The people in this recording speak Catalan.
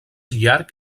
llarg